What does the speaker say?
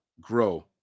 grow